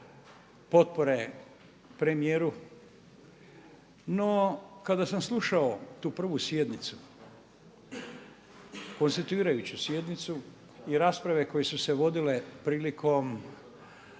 potpore premijeru. No, kada sam slušao tu prvu sjednicu, konstituirajuću sjednicu i rasprave koje su se vodile prilikom